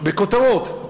בכותרות,